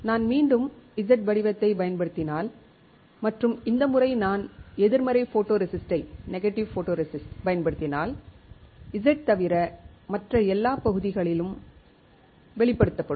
நான் மீண்டும் Z வடிவத்தைப் பயன்படுத்தினால் மற்றும் இந்த முறை நான் எதிர்மறை போட்டோரெசிஸ்ட்டைப் பயன்படுத்தினால் Z தவிர மற்ற எல்லா பகுதிகளும் வெளிப்படுத்தப்படும்